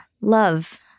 love